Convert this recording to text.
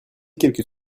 quelques